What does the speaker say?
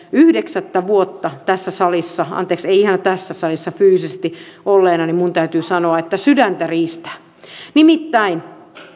yhdeksättä vuotta tässä salissa anteeksi ei ihan tässä salissa fyysisesti olleena minun täytyy sanoa että nyt sydäntä riistää nimittäin